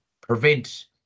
prevent